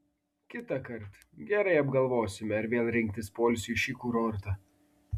kitąkart gerai apgalvosime ar vėl rinktis poilsiui šį kurortą